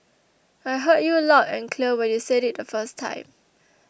I heard you loud and clear when you said it the first time